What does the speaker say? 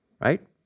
right